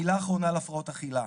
מילה אחרונה על הפרעות אכילה.